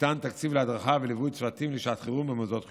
ניתן תקציב להדרכה וליווי צוותים לשעת חירום במוסדות חינוך.